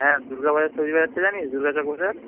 হ্যাঁ দুর্গাবাজার ছরি বাজারটা জানিস দুর্গাচক রোডের